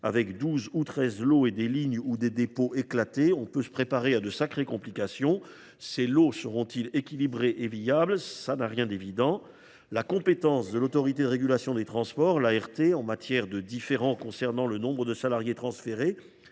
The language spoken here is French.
lots ou treize lots et des lignes ou dépôts « éclatés », on peut se préparer à de sacrées complications. Ces lots seront ils équilibrés et viables ? Cela n’a rien d’évident ! La compétence de l’Autorité de régulation des transports en matière de différends concernant le nombre de salariés transférés